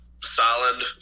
solid